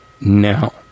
now